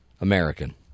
American